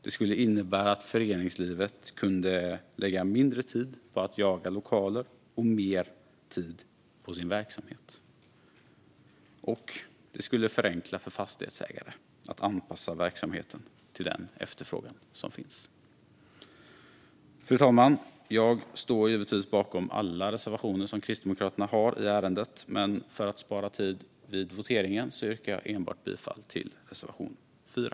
Det skulle innebära att föreningslivet kunde lägga mindre tid på att jaga lokaler och mer tid på sin verksamhet. Det skulle också förenkla för fastighetsägare att anpassa verksamheten till den efterfrågan som finns. Fru talman! Jag står givetvis bakom alla reservationer som Kristdemokraterna har i ärendet. Men för att spara tid vid voteringen yrkar jag bifall endast till reservation 4.